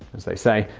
as they say,